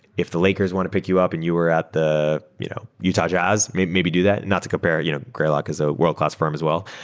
if the lakers want to pick you up and you are at the you know utah jazz, maybe maybe do that. not to compare you know greylock is a world-class firm as well.